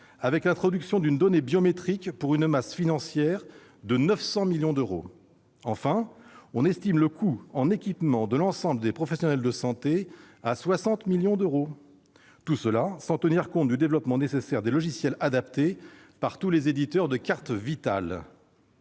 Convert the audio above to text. avec l'introduction d'une donnée biométrique, pour une masse financière de 900 millions d'euros ; enfin, le coût de l'équipement de l'ensemble des professionnels de santé est estimé à 60 millions d'euros- sans compter le développement nécessaire de logiciels adaptés par tous les éditeurs de cartes Vitale.